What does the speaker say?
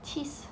cheese